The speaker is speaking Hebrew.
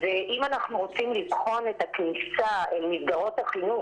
אז אם אנחנו רוצים לבחון את הכניסה אל מסגרות החינוך